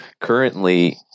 Currently